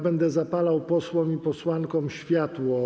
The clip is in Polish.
Będę zapalał posłom i posłankom światło.